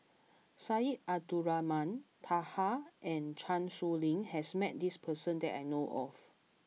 Syed Abdulrahman Taha and Chan Sow Lin has met this person that I know of